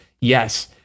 Yes